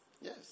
Yes